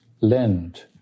lend